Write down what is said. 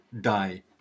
die